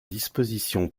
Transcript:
dispositions